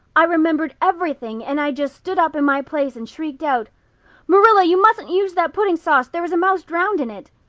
i remembered everything and i just stood up in my place and shrieked out marilla, you mustn't use that pudding sauce. there was a mouse drowned in it.